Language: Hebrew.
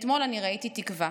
אתמול אני ראיתי תקווה.